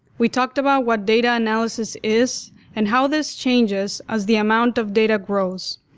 we talked about what data analysis is and how this changes as the amount of data goes.